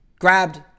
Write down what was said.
grabbed